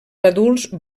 adults